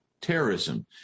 terrorism